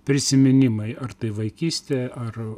prisiminimai ar tai vaikystė ar